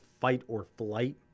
fight-or-flight